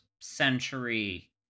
century